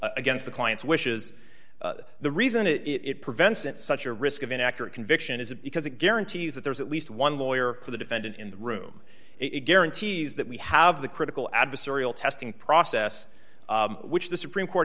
against the client's wishes the reason it it prevents it such a risk of an accurate conviction is it because it guarantees that there's at least one lawyer for the defendant in the room it guarantees that we have the critical adversarial testing process which the supreme court